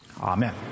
Amen